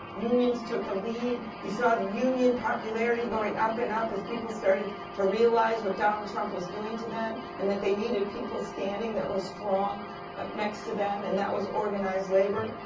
unions took a lead. you saw the union popularity going up and up as people started to realize what donald trump was doing to them and that they needed people standing that were strong next to them. and that was organized labor.